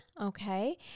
okay